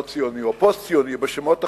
לא-ציוני או פוסט-ציוני או שמות אחרים.